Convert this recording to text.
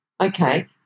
okay